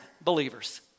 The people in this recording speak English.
believers